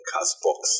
CastBox